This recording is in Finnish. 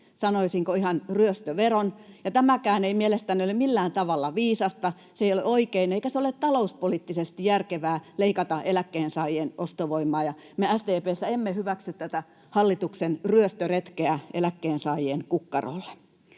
sanoisinko, ihan ryöstöveron, ja tämäkään ei mielestäni ole millään tavalla viisasta, se ei ole oikein, eikä ole talouspoliittisesti järkevää leikata eläkkeensaajien ostovoimaa. Me SDP:ssä emme hyväksy tätä hallituksen ryöstöretkeä eläkkeensaajien kukkarolle.